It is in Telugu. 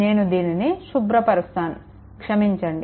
నేను దీనిని శుభ్రపరుస్తాను క్షమించండి